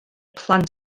plant